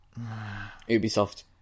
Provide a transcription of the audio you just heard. Ubisoft